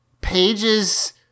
pages